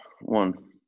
One